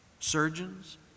Surgeons